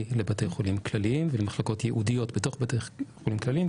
לבתי חולים כלליים ולמחלקות ייעודיות בתוך בתי חולים כלליים,